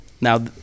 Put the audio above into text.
now